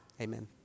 amen